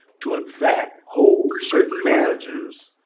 to in fact hold certain managers,